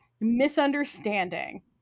misunderstanding